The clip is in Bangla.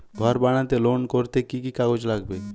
ঘর বানাতে লোন করতে কি কি কাগজ লাগবে?